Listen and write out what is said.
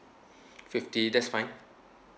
fifty that's fine